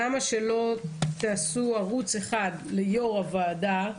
למה שלא תעשו ערוץ אחד ליושב ראש הוועדה,